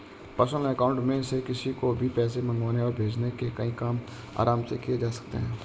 personal account में से किसी को भी पैसे मंगवाने और भेजने के कई काम आराम से किये जा सकते है